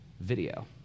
video